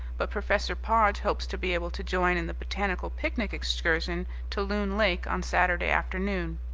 but professor podge hopes to be able to join in the botanical picnic excursion to loon lake on saturday afternoon.